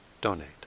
donate